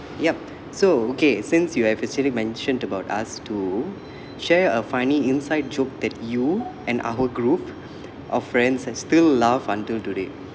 yup so okay since you have actually mentioned about us too share a funny inside joke that you and our group of friends still laugh until today